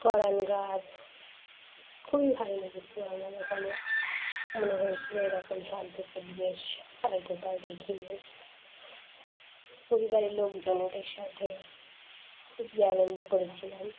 গরান গাছ খুবই ভালো লেগেছিলো আমার ওখানে মনে হয়েছিলো এরকম শান্ত পরিবেশ আর কোথাও দেখিনি পরিবারের লোকজনেদের সাথে খুবই আনন্দ করেছিলাম